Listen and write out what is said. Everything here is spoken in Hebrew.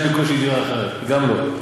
לך יש בקושי דירה אחת, גם לא.